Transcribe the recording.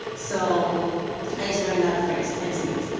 so i just learned that phrase, ends meet.